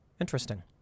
Interesting